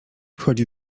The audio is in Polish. wchodzi